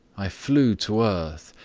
i flew to earth,